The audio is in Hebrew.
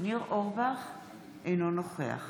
ניר אורבך, אינו נוכח